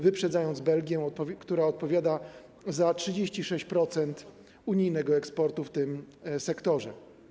Wyprzedziliśmy Belgię, która odpowiada za 36% unijnego eksportu w tym sektorze.